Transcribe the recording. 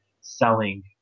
selling